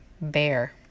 Bear